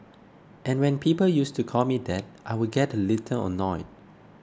and when people used to call me that I would get a little annoyed